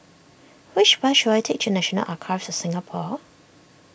which bus should I take to National Archives of Singapore